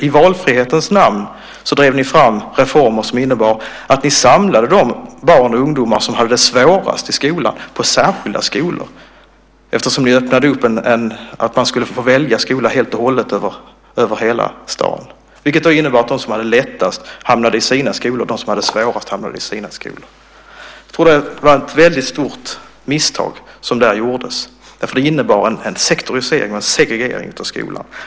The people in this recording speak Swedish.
I valfrihetens namn drev ni fram reformer som innebar att ni samlade de barn och ungdomar som hade det svårast i skolan på särskilda skolor, eftersom ni öppnade för att man skulle få välja skola helt och hållet över hela staden. Det innebar att de som hade lättast hamnade i sina skolor och de som hade det svårast hamnade i sina skolor. Jag tror att det var ett väldigt stort misstag som gjordes där. Det innebar en sektorisering och en segregering av skolan.